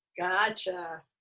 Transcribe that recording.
Gotcha